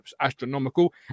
astronomical